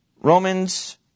Romans